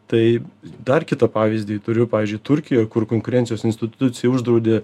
tai dar kitą pavyzdį turiu pavyzdžiui turkijoj kur konkurencijos institucija uždraudė